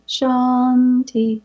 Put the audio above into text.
Shanti